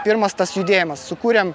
pirmas tas judėjimas sukūrėm